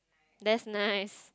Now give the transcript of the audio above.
that's nice